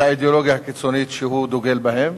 האידיאולוגיה הקיצונית שהוא דוגל בה,